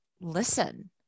listen